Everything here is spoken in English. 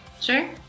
Sure